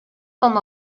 com